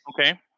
Okay